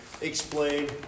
explain